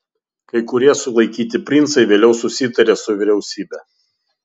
kai kurie sulaikyti princai vėliau susitarė su vyriausybe